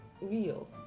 Real